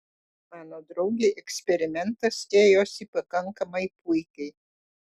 mano draugei eksperimentas ėjosi pakankamai puikiai